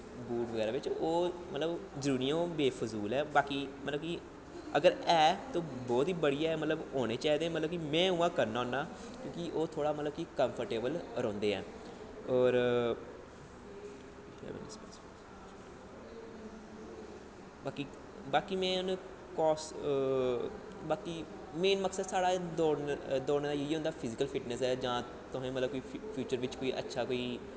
boot बगैरा बिच्च ओह् मतलब जरूरी नेईं ऐ ओह् बेफज़ूल ऐ बाकी अगर है ते बौह्त ही बड़ियां मतलब होने चाहिदे मतलब कि में उ'आं करना होन्ना क्योंकि ओह् थोह्ड़ा मतलब कि कंफर्टेवल रौंह्दे न होर बाकी में हून खास बाकी मेन मकसद साढ़ा दौड़ने दा इ'यै होंदा फिजिकल फिटनैस जां फ्यूचर बिच्च तुसें अच्छा कोई